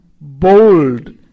bold